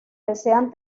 desean